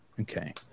Okay